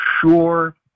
Sure